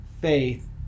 faith